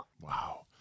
Wow